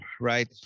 right